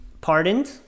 pardoned